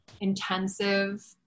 intensive